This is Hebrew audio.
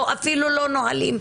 או אפילו לא נהלים,